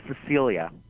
Cecilia